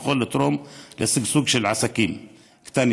יכול לתרום לשגשוג של עסקים קטנים.